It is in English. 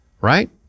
right